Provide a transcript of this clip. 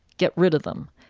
get rid of them.